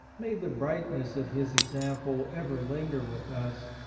may the brightness of his example ever linger with us,